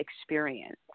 experience